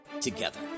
together